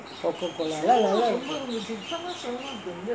Coca-Cola எல்லாம் நல்லாருக்கும்:ellam nallarukkum